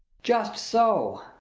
just so!